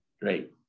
Great